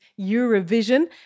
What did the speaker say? Eurovision